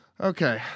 Okay